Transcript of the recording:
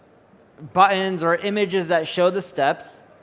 buttons or images that show the steps,